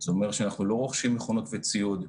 זה אומר שאנחנו לא רוכשים מכונות וציוד,